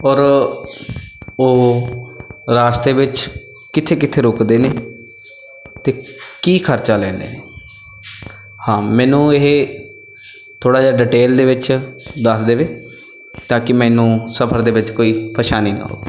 ਔਰ ਉਹ ਰਸਤੇ ਵਿੱਚ ਕਿੱਥੇ ਕਿੱਥੇ ਰੁਕਦੇ ਨੇ ਅਤੇ ਕੀ ਖਰਚਾ ਲੈਂਦੇ ਹਾਂ ਮੈਨੂੰ ਇਹ ਥੋੜ੍ਹਾ ਜਿਹਾ ਡਿਟੇਲ ਦੇ ਵਿੱਚ ਦੱਸ ਦੇਵੇ ਤਾਂ ਕਿ ਮੈਨੂੰ ਸਫ਼ਰ ਦੇ ਵਿੱਚ ਕੋਈ ਪਰੇਸ਼ਾਨੀ ਨਾ ਹੋਵੇ